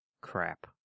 crap